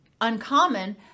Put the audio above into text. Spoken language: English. uncommon